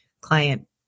client